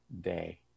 day